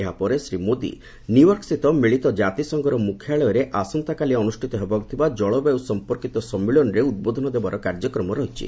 ଏହାପରେ ଶ୍ରୀ ମୋଦୀ ନ୍ୟୁୟର୍କସ୍ଥିତ ମିଳିତ କାତିସଂଘର ମୁଖ୍ୟାଳୟରେ ଆସନ୍ତାକାଲି ଅନୁଷ୍ଠିତ ହେବାକୁ ଥିବା ଜଳବାୟୁ ସମ୍ପର୍କୀତ ସମ୍ମିଳନୀରେ ଉଦ୍ବୋଧନ ଦେବାର କାର୍ଯ୍ୟକ୍ରମ ରହିଛି